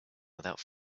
without